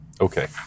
Okay